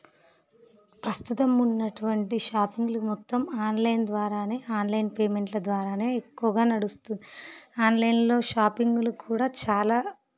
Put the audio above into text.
ప్రస్తుతం ఉన్నటువంటి షాపింగ్లు మొత్తం ఆన్లైన్ ద్వారానే ఆన్లైన్ పేమెంట్ల ద్వారానే ఎక్కువగా నడుస్తుంది ఆన్లైన్లో షాపింగ్లు కూడా చాలా